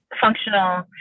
functional